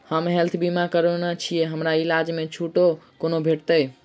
हम हेल्थ बीमा करौने छीयै हमरा इलाज मे छुट कोना भेटतैक?